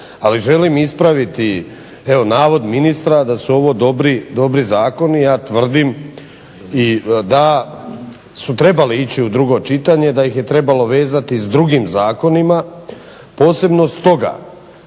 Ali želim ispraviti navod ministra da su ovo dobri zakoni. Ja tvrdim da i da su trebali ići u drugo čitanje, da ih je trebalo vezati s drugim zakonima, posebno stoga